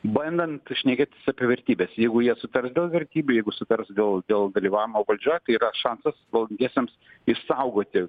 bandant šnekėt apie vertybes jeigu jie sutars dėl vertybių jeigu sutars dėl dėl dalyvavimo valdžioj tai yra šansas valdantiesiams išsaugoti